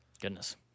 Goodness